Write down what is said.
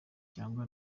cyangwa